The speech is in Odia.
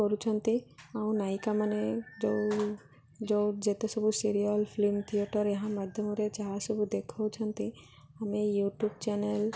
କରୁଛନ୍ତି ଆଉ ନାୟିକାମାନେ ଯେଉଁ ଯେଉଁ ଯେତେ ସବୁ ସିରିଏଲ୍ ଫିଲ୍ମ ଥିଏଟର୍ ଏହା ମାଧ୍ୟମରେ ଯାହା ସବୁ ଦେଖଉଛନ୍ତି ଆମେ ୟୁଟ୍ୟୁବ୍ ଚ୍ୟାନେଲ୍